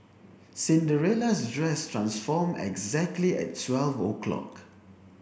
Cinderella's dress transformed exactly at twelve o'clock